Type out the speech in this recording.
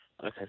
Okay